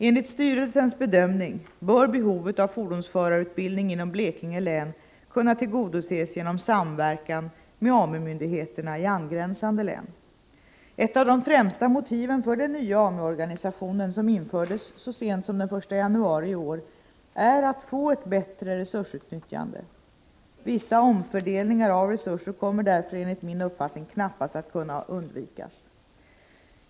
Enligt styrelsens bedömning bör behovet av fordonsförarutbildning inom Blekinge län kunna tillgodoses genom samverkan med AMU-myndigheterna i angränsande län. Ett av de främsta motiven för den nya AMU-organisationen, som infördes så sent som den 1 januari i år, är att få ett bättre resursutnyttjande. Vissa omfördelningar av resurser kommer därför enligt min uppfattning knappast att kunna undvikas.